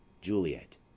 Juliet